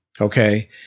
okay